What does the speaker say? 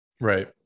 Right